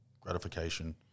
gratification